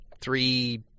three